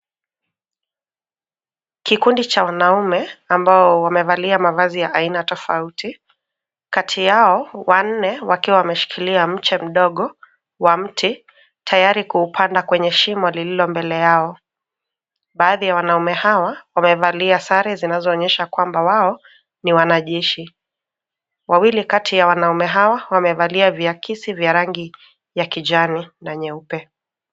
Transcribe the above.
Kikundi cha wanaume ambao wamevalia mavazi ya aina tofauti. Kati yao wanne wakiwa wameshikilia mche mdogo wa mti, tayari kuupanda kwenye shimo lililo mbele yao. Baadhi ya wanaume hawa wamevalia sare zinazoonyesha kwamba wao ni wanajeshi. Wawili kati ya wanaume hawa wamevalia viakisi vya rangi ya kijani na nyeupe.